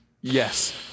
Yes